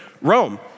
Rome